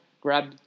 grab